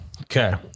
Okay